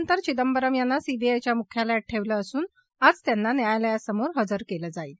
अटकेनंतर चिदंबरम यांना सीबीआयच्या मुख्यालयात ठेवलं असून आज त्यांना न्यायालयासमोर हजर केलं जाईल